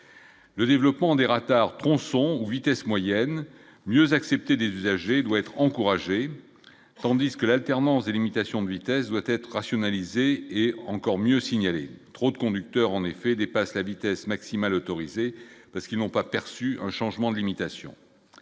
Le développement des radars tronçon vitesse moyenne mieux accepter des usagers doit être encouragée, tandis que l'alternance des limitations de vitesse doit être rationalisée et encore mieux signaler trop de conducteurs en effet dépasse la vitesse maximale autorisée parce qu'ils n'ont pas perçu un changement de limitation